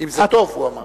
אם זה טוב, הוא אמר לי.